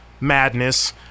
madness